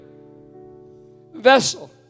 vessel